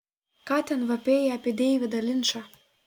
ką ten vapėjai apie deividą linčą